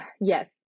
yes